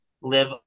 live